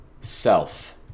self